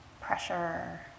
pressure